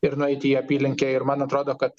ir nueiti į apylinkę ir man atrodo kad